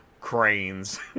cranes